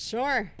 Sure